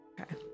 Okay